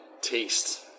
taste